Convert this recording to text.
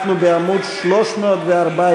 אנחנו בעמוד 314,